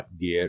get